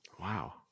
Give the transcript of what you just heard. Wow